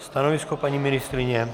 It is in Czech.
Stanovisko paní ministryně?